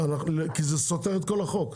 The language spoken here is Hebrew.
כי זה סותר את כל החוק.